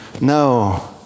No